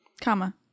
comma